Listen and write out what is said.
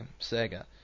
sega